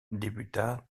débuta